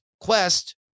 quest